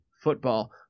Football